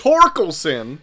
Torkelson